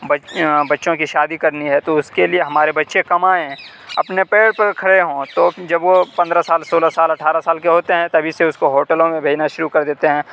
بچوں کی شادی کرنی ہے تو اس کے لیے ہمارے بچے کمائیں اپنے پیر پر کھڑے ہوں تو جب وہ پندرہ سال سولہ سال اٹھارہ سال کے ہوتے ہیں تبھی سے اس کو ہوٹلوں میں بھیجنا شروع کر دیتے ہیں